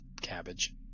Cabbage